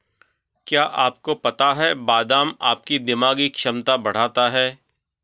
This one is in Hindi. क्या आपको पता है बादाम आपकी दिमागी क्षमता बढ़ाता है?